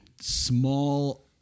small